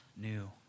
new